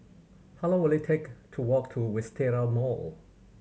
how long will it take to walk to Wisteria Mall